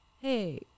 hey